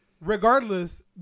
Regardless